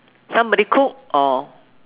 somebody cook or